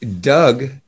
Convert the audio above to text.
Doug